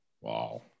wow